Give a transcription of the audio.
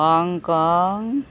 Hong Kong